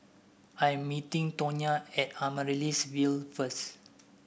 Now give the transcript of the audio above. I am meeting Tonya at Amaryllis Ville first